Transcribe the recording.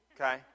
okay